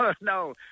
no